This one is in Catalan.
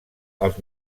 els